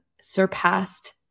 surpassed